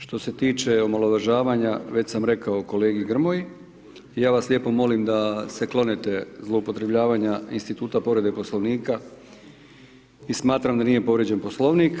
Što se tiče omalovažavanja, već sam rekao kolegi Grmoji, ja vas lijepo molim da se klonete zloupotrebljavanja instituta povrede Poslovnika i smatram da nije povrijeđen Poslovnik.